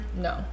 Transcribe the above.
no